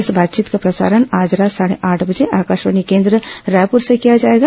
इस बातचीत का प्रसारण आज रात साढ़े आठ बजे आकाशवाणी केन्द्र रायपुर से किया जाएगा